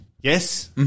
Yes